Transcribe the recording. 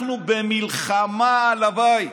אנחנו במלחמה על הבית.